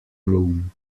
room